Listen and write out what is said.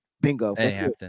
Bingo